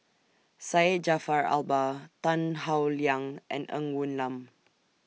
Syed Jaafar Albar Tan Howe Liang and Ng Woon Lam